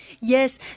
Yes